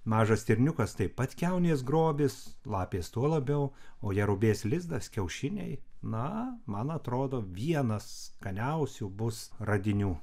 mažas stirniukas taip pat kiaunės grobis lapės tuo labiau o jerubės lizdas kiaušiniai na man atrodo vienas skaniausių bus radinių